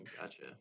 Gotcha